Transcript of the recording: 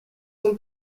son